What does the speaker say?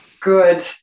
good